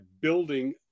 building